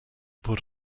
put